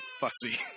fussy